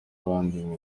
abandi